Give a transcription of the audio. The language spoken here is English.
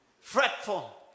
fretful